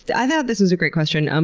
i thought this was a great question. um